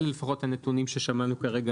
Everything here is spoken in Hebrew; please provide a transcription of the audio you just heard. אלה לפחות הנתונים ששמענו כרגע